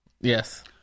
Yes